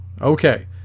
Okay